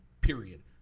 Period